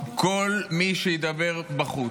כל מי שידבר בחוץ,